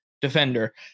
defender